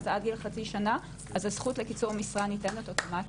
אז עד גיל חצי שנה הזכות לקיצור משרה ניתנת אוטומטית,